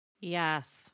Yes